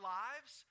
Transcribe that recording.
lives